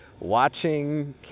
watching